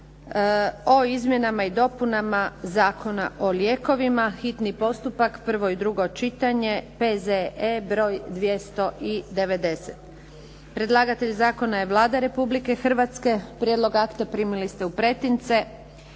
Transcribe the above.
o izmjenama i dopunama Zakona o lijekovima, hitni postupak, prvo i drugo čitanje, P.Z.E. br. 290 Predlagatelj zakona je Vlada Republike Hrvatske. Prijedlog akta primili ste u pretince.